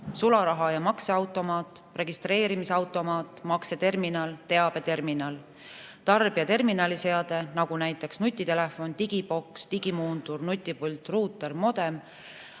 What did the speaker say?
sularaha- ja makseautomaat, registreerimise automaat, makseterminal, teabeterminal; tarbija terminaliseade, näiteks nutitelefon, digiboks, digimuundur, nutipult, ruuter, modem,